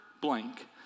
blank